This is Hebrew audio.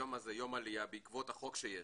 היום הזה, יום העלייה, בעקבות החוק שנחקק.